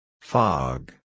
Fog